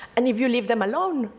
and if you leave them alone,